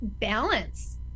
balance